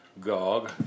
Gog